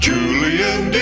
Julian